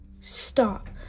stop